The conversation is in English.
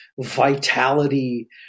vitality